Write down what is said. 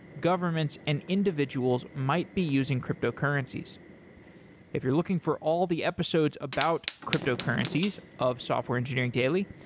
governments and individuals might be using cryptocurrencies if you're looking for all the episodes about cryptocurrencies of software engineering daily,